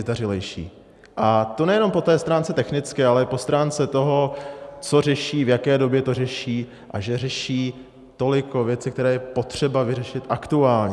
A to nejenom po té stránce technické, ale po stránce toho, co řeší, v jaké době to řeší a že řeší toliko věci, které je potřeba vyřešit aktuálně.